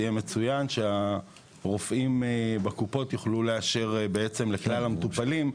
ושהרופאים בקופות יוכלו לאשר לכלל המטופלים,